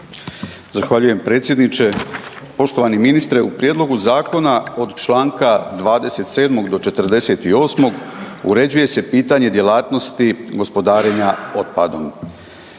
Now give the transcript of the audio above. Zahvaljujem predsjedniče. Poštovani ministre. U prijedlogu zakona od čl. 27. do 48. uređuje se pitanje djelatnosti gospodarenja otpadom.